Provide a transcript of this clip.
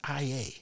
IA